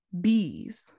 bees